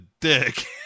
dick